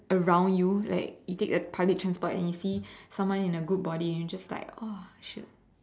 around you like you take a public transport and you see someone in a good body you just like !wah! shit